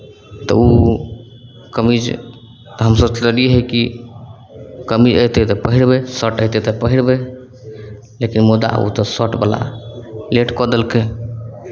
तऽ ओ कमीज तऽ हमसभ सोचलियै हेँ कि कमीज अयतै तऽ पहिरबै शर्ट अयतै तऽ पहिरबै लेकिन मुदा ओ तऽ शर्टवला लेट कऽ देलकै